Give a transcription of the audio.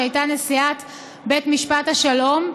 שהייתה נשיאת בית משפט השלום,